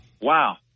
Wow